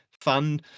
fun